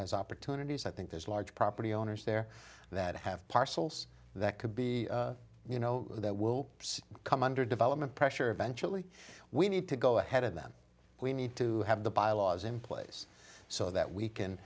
has opportunities i think there's large property owners there that have parcels that could be you know that will come under development pressure eventually we need to go ahead of them we need to have the bylaws in place so that we